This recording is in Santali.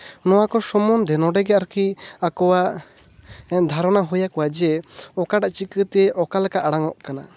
ᱱᱚᱣᱟ ᱠᱚ ᱥᱚᱢᱚᱱᱫᱷᱮ ᱱᱚᱰᱮᱜᱮ ᱟᱨᱠᱤ ᱟᱠᱚᱣᱟᱜ ᱫᱷᱟᱨᱚᱱᱟ ᱦᱩᱭ ᱟᱠᱚᱣᱟ ᱡᱮ ᱚᱠᱟᱴᱟᱜ ᱪᱤᱠᱟᱹᱛᱮ ᱚᱠᱟ ᱞᱮᱠᱟ ᱟᱲᱟᱝ ᱚᱜ ᱠᱟᱱᱟ